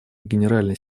генеральный